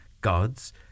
God's